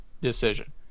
decision